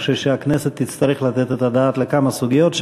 אני חושב שהכנסת תצטרך לתת את הדעת לכמה סוגיות.